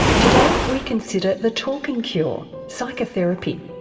today we consider the talking cure, psychotherapy,